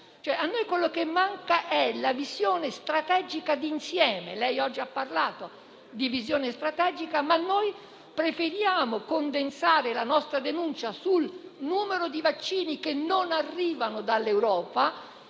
ottimali? Ci manca una visione strategica di insieme. Lei oggi ha parlato di visione strategica, ma noi preferiamo condensare la nostra denuncia sul numero di vaccini che non arrivano dall'Europa